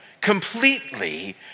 completely